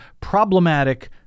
problematic